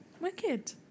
Wicked